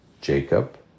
Jacob